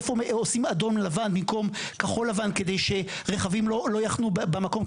איפה עושים אדום לבן במקום כחול לבן כדי שרכבים לא יחנו במקום?